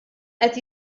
qed